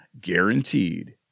guaranteed